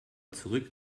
zurück